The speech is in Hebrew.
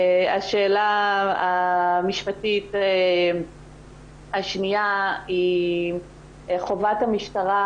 השאלה המשפטית השנייה היא חובת המשטרה